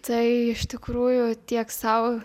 tai iš tikrųjų tiek sau